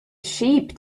sheep